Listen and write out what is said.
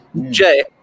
Jay